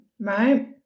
right